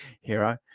hero